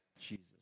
Jesus